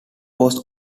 was